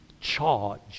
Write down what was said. charge